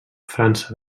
frança